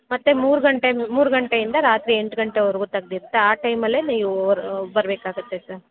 ಮತ್ತೆ ಮೂರು ಗಂಟೆ ಮೂರು ಗಂಟೆಯಿಂದ ರಾತ್ರಿ ಎಂಟು ಗಂಟೆವರೆಗು ತೆಗ್ದಿರುತ್ತೆ ಆ ಟೈಮಲ್ಲೆ ನೀವೂ ಬರಬೇಕಾಗುತ್ತೆ ಸರ್